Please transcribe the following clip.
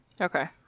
okay